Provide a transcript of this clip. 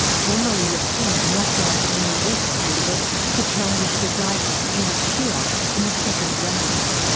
jean-marie le pen knocked out the main left candidate to challenge the right's jacques chirac in the second round.